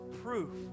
proof